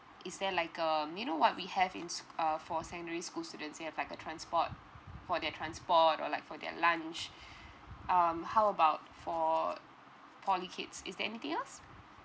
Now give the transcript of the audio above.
is there like um you know what we have in s~ uh for secondary school students we have like a transport for their transport or like for their lunch um how about for poly kids is there anything else